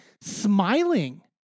smiling